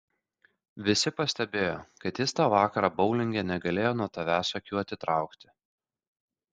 visi pastebėjo kad jis tą vakarą boulinge negalėjo nuo tavęs akių atitraukti